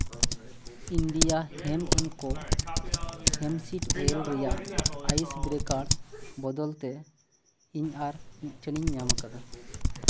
India hemp and ᱠᱳ hemp seed oil ᱨᱮᱭᱟᱜ ice breakers ᱵᱚᱫᱚᱞᱛᱮ ᱤᱧ ᱟᱨ ᱢᱤᱫ ᱴᱷᱮᱱᱤᱧ ᱧᱟᱢ ᱟᱠᱟᱫᱟ